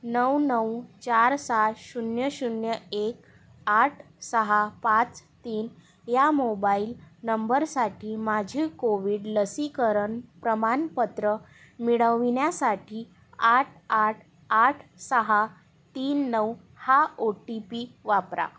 नऊ नऊ चार सात शून्य शून्य एक आठ सहा पाच तीन या मोबाईल नंबरसाठी माझे कोविड लसीकरण प्रमाणपत्र मिळविण्यासाठी आठ आठ आठ सहा तीन नऊ हा ओ टी पी वापरा